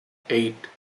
eight